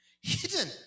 hidden